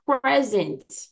present